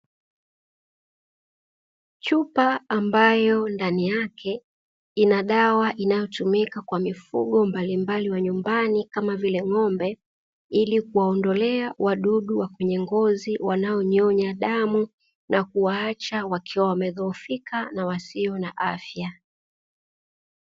Chupa ambayo ndani yake ina dawa inayotumika kwa mifugo mbalimbali ya nyumbani kama vile ng'ombe, ili kuwaondolea wadudu wa kwenye ngozi wanaonyonya damu na kuwaacha wakiwa wamedhoofika na wasio na afya.